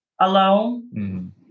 alone